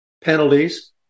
penalties